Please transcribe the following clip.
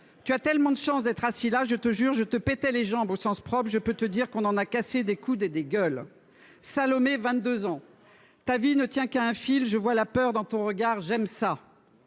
tu as tellement de chance d'être assis là je te jure je te péter les jambes au sens propre, je peux te dire qu'on en a cassé des coups des des gueules Salomé, 22 ans ta vie ne tient qu'à un fil. Je vois la peur dans ton regard j'aime ça.